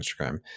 Instagram